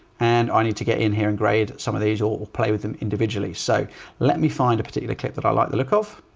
and i need to get in here and grade some of these or play with them individually. so let me find a particular clip that i liked the look off.